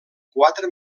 quatre